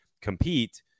compete